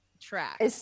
track